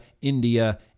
India